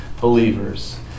believers